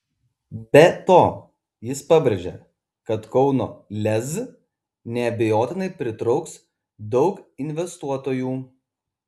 be to jis pabrėžė kad kauno lez neabejotinai pritrauks daug investuotojų